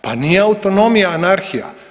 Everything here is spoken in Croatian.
Pa nije autonomija anarhija.